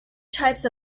types